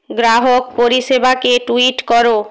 গ্রাহক পরিষেবাকে টুইট করো